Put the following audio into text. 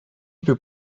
più